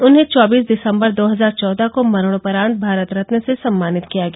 उन्हें चौबीस दिसम्बर दो हजार चौदह को मरणोपरांत भारत रत्न से सम्मानित किया गया